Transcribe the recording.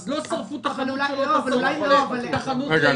אז לא שרפו את החנות שלו אלא שרפו את החנות הסמוכה.